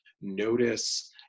notice